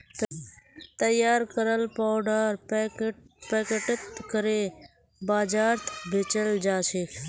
तैयार कराल पाउडर पैकेटत करे बाजारत बेचाल जाछेक